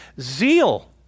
zeal